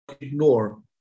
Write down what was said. ignore